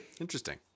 Interesting